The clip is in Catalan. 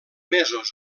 mesos